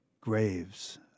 graves